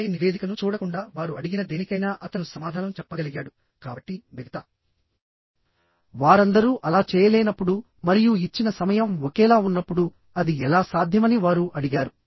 ఆపై నివేదికను చూడకుండా వారు అడిగిన దేనికైనా అతను సమాధానం చెప్పగలిగాడు కాబట్టి మిగతా వారందరూ అలా చేయలేనప్పుడు మరియు ఇచ్చిన సమయం ఒకేలా ఉన్నప్పుడు అది ఎలా సాధ్యమని వారు అడిగారు